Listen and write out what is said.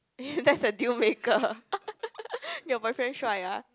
that's a deal maker your boyfriend shuai ah